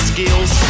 Skills